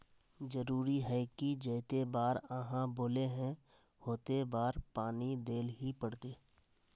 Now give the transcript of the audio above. जरूरी है की जयते बार आहाँ बोले है होते बार पानी देल ही पड़ते?